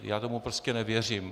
Já tomu prostě nevěřím.